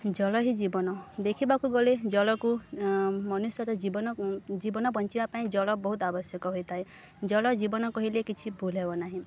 ଜଳ ହିଁ ଜୀବନ ଦେଖିବାକୁ ଗଲେ ଜଳକୁ ମନୁଷ୍ୟର ଜୀବନ ଜୀବନ ବଞ୍ଚିବା ପାଇଁ ଜଳ ବହୁତ ଆବଶ୍ୟକ ହୋଇଥାଏ ଜଳ ଜୀବନ କହିଲେ କିଛି ଭୁଲ ହେବ ନାହିଁ